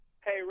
Hey